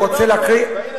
גם אתה היית בממשלה הזאת.